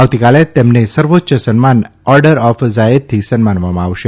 આવતીકાલે તેમને સર્વોચ્ય સન્માન ઓર્ડર ઓફ ઝાયેદથી સન્માનવામાં આવશે